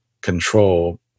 control